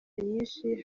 nyinshi